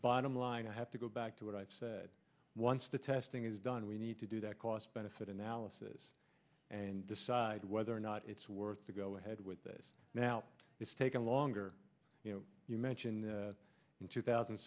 bottom line i have to go back to what i said once the testing is done we need to do that cost benefit analysis and decide whether or not it's worth to go ahead with this now it's taken longer you know you mentioned in two thousand